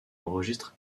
enregistre